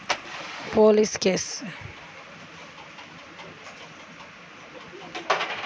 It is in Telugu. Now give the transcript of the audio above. ఋణము పెట్టుకున్న వాయిదాలలో చెల్లించకపోతే ఎలాంటి చర్యలు తీసుకుంటారు?